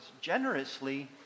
generously